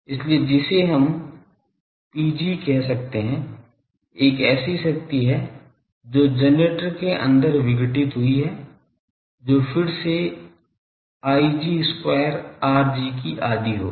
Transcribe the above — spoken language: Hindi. इसलिए जिसे हम Pg कह सकते हैं एक ऐसी शक्ति है जो जनरेटर के अंदर विघटित हुई है जो फिर से Ig वर्ग Rg की आधी होगी